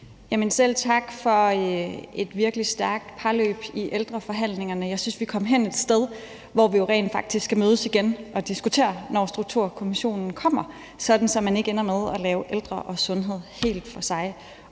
Selv tak for et virkelig stærkt parløb i ældreforhandlingerne. Jeg synes, vi kom et sted hen, hvor vi jo rent faktisk kan mødes igen og diskutere, når strukturkommissionen kommer, sådan at man ikke ender med at lave ældre og sundhed helt for sig.